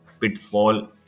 pitfall